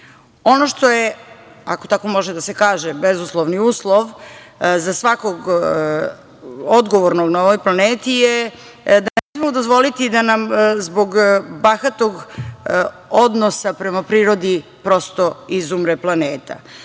što je, ako tako može da se kaže, bezuslovni uslov za svakog odgovornog na ovoj planeti je da ne smemo dozvoliti da nam zbog bahatog odnosa prema prirodi, prosto, izumre